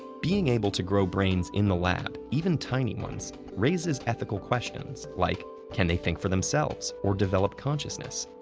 being able to grow brains in the lab, even tiny ones, raises ethical questions, like can they think for themselves, or develop consciousness?